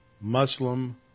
Muslim